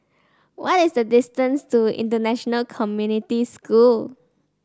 what is the distance to International Community School